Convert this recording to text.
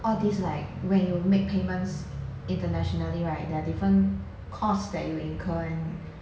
all these like when you make payments internationally right there are different cost that will incurred [one]